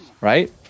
right